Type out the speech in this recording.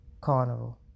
Carnival